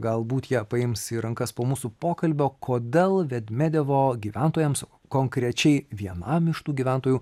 galbūt ją paims į rankas po mūsų pokalbio kodėl vedmedevo gyventojams konkrečiai vienam iš tų gyventojų